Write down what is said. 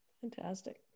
fantastic